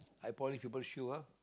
I polish people shoe ah